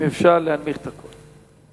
אם אפשר להנמיך את הטון.